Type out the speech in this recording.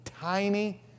tiny